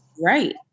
right